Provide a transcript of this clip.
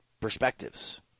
perspectives